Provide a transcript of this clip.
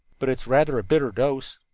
but it's rather a bitter dose.